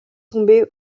tombées